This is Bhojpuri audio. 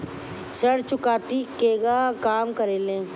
ऋण चुकौती केगा काम करेले?